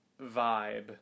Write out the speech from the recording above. vibe